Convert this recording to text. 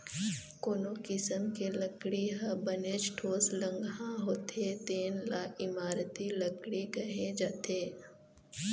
कोनो किसम के लकड़ी ह बनेच ठोसलगहा होथे तेन ल इमारती लकड़ी कहे जाथे